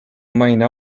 maine